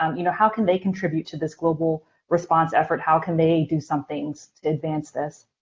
um you know how can they contribute to this global response effort? how can they do something to advance this?